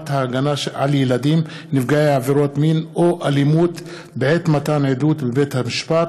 ההגנה על ילדים נפגעי עבירות מין או אלימות בעת מתן עדות בבית-המשפט),